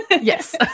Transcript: Yes